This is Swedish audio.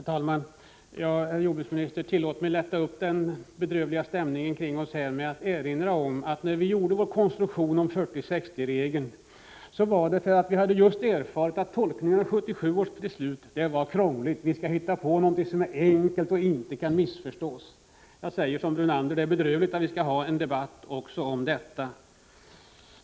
Herr talman! Tillåt mig, herr jordbruksminister, att lätta upp den bedrövliga stämningen här med att erinra om att när vi bestämde oss för 40:60-regeln var det därför att vi just hade erfarit att 1977 års beslut var krångligt att tolka. Vi ville hitta på någonting som var enkelt och som inte kunde missförstås. Jag säger som Lennart Brunander att det är bedrövligt att behöva ha en debatt också om detta.